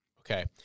Okay